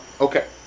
Okay